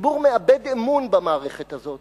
הציבור מאבד אמון במערכת הזאת